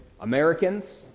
Americans